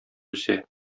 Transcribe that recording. үсә